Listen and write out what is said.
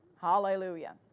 Hallelujah